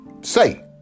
say